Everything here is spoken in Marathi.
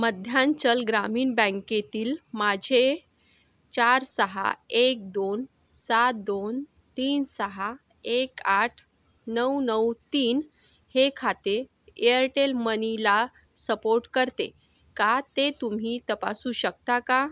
मध्यांचल ग्रामीण बँकेतील माझे चार सहा एक दोन सात दोन तीन सहा एक आठ नऊ नऊ तीन हे खाते एअरटेल मनीला सपोर्ट करते का ते तुम्ही तपासू शकता का